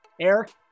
Eric